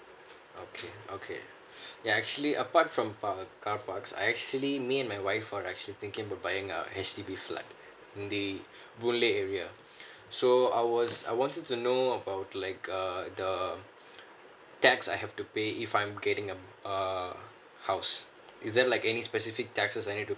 okay okay ya actually apart from par~ carparks I actually me and my wife are actually thinking about buying a H_D_B flat in that boon lay area so uh I want to know about like err the um tax I have to pay if I'm getting um uh house is there like any specific taxes I need to